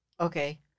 Okay